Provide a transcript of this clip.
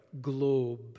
globe